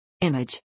Image